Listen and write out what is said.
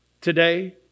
today